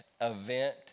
event